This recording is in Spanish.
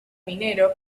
minero